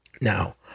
Now